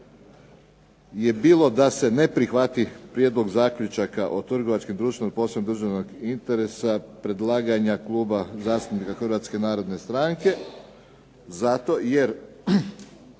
je bilo da se ne prihvati prijedlog zaključaka trgovačkih društvima od posebnog državnog interesa, predlaganja Kluba zastupnika Hrvatske narodne stranke zato jer